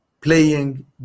Playing